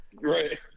Right